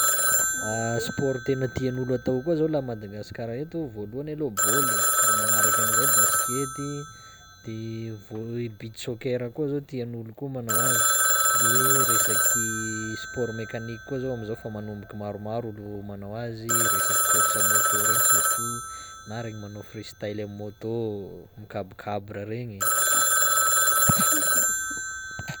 Sport tena tian'olo atao koa zao laha Madagasikara eto voalohany aloha bôly e, de magnaraky an'izay baskety, de vô- i beach soccer koa zao tian'olo koa manao azy, de resaky sport mekanika koa zao am'izao fa manomboky maromaro olo manao azy, resaky course moto regny surtout na regny manao free-style amy moto micab- cabre regny.